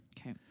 Okay